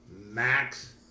max